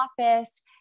office